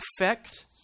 effect